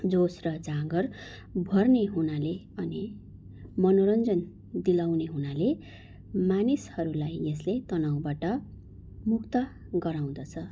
जोस र जाँगर भर्ने हुनाले अनि मनोरञ्जन दिलाउने हुनाले मानिसहरूलाई यसले तनाउबाट मुक्त गराउँदछ